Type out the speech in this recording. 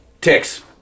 Ticks